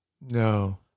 No